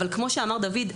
אבל כמו שאמר דוד,